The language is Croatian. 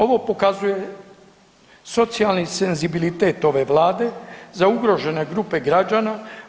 Ovo pokazuje socijalni senzibilitet ove Vlade za ugrožene grupe građana.